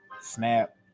Snap